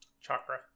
Chakra